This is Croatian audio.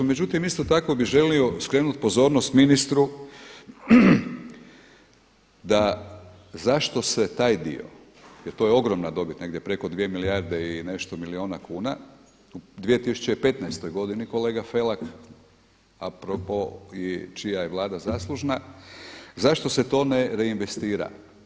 Međutim, isto tako bih želio skrenuti pozornost ministru da zašto se taj dio, jer to je ogromna dobit negdje preko 2 milijarde i nešto milijuna kuna, u 2015. godini kolega Felak a pro po i čija je Vlada zaslužna, zašto se to ne reinvestira.